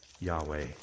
Yahweh